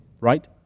right